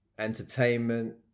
Entertainment